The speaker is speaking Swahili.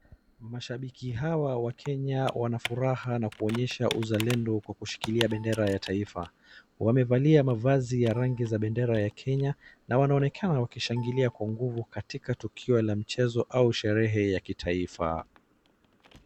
Mashabiki hawa wa Kenya wana furaha na kuonyesha uzalendo kwa kushikilia bendera ya taifa. Wamevalia mavazi ya rangi za bendera ya Kenya na wanaonekena wakishangilia kwa nguvu katika tukio la mchezo au sherehe ya kitaifa.